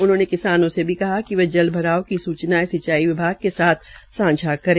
उन्होंने किसानों से भी कहा कि वे जल भराव की सूचनायें सिंचाई विभाग को साथ सांझा करें